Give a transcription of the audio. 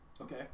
Okay